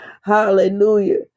hallelujah